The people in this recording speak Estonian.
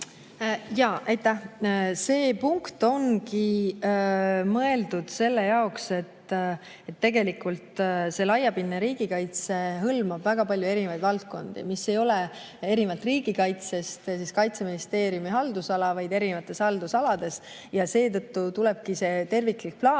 Aitäh! See punkt ongi mõeldud selle jaoks, et tegelikult see laiapindne riigikaitse hõlmab ka väga palju erinevaid valdkondi, mis ei ole erinevalt riigikaitsest Kaitseministeeriumi haldusala. [Tegu on] erinevate haldusaladega. Seetõttu tulebki see terviklik plaan